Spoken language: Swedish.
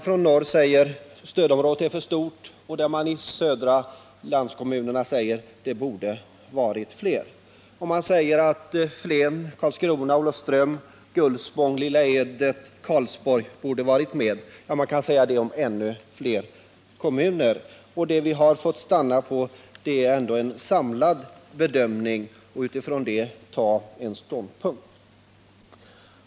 Från norr säger man: Stödområdet är för stort, och i de södra delarna av landet säger man: Det borde ha varit fler kommuner i stödområdet. Man säger att Flen, Karlskrona, Olofström, Gullspång, Lilla Edet och Karlsborg skulle ha varit med. Detta kan man säga om ännu fler kommuner. Vad vi fått stanna inför är ändå en samlad bedömning, utifrån vilken vi måste ta ståndpunkt.